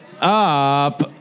up